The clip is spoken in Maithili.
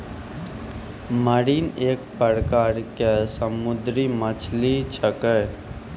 मरीन एक प्रकार के समुद्री मछली छेकै